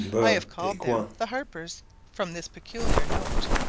i have called them the harpers from this peculiar note.